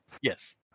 yes